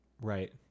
right